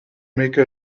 make